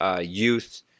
youth